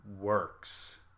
works